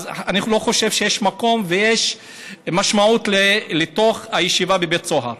אז אני לא חושב שיש מקום ויש משמעות לישיבה בבית סוהר.